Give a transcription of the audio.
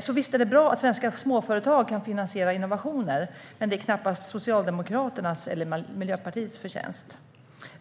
Så visst är det bra att svenska småföretag kan finansiera innovationer, men det är knappast Socialdemokraternas eller Miljöpartiets förtjänst.